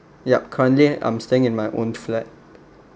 yup currently I'm staying in my own flat